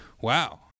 wow